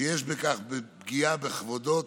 שיש בה פגיעה בכבודו,